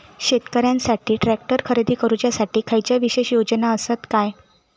शेतकऱ्यांकसाठी ट्रॅक्टर खरेदी करुच्या साठी खयच्या विशेष योजना असात काय?